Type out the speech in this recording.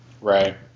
right